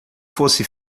fosse